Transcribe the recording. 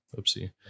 oopsie